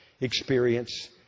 experience